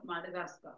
Madagascar